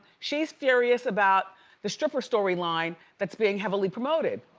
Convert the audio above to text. she's furious about the stripper storyline that's being heavily promoted.